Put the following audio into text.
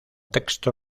texto